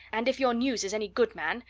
and if your news is any good man!